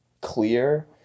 clear